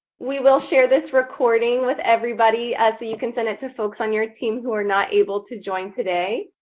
we will share this recording with everybody, as you can send it to folks on your team who are not able to join today.